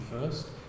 first